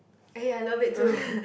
eh I love it too